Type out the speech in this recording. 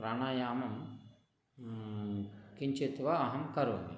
प्राणायामं किञ्चित् वा अहं करोमि